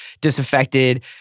disaffected